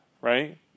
right